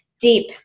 deep